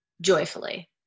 joyfully